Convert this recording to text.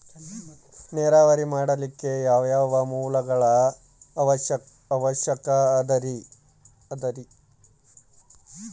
ನೇರಾವರಿ ಮಾಡಲಿಕ್ಕೆ ಯಾವ್ಯಾವ ಮೂಲಗಳ ಅವಶ್ಯಕ ಅದರಿ?